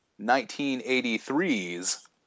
1983's